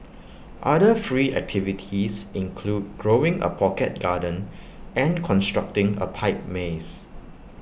other free activities include growing A pocket garden and constructing A pipe maze